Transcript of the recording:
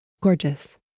Gorgeous